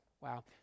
wow